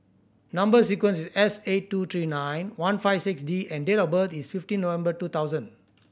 number sequence is S eight two three nine one five six D and date of birth is fifteen November two thousand